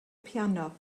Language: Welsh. piano